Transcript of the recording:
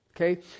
Okay